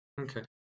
okay